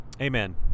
Amen